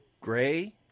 gray